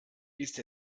ist